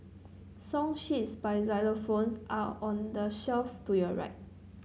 song sheets by xylophones are on the shelf to your right